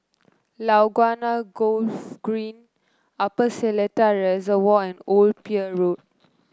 Laguna Golf Green Upper Seletar Reservoir and Old Pier Road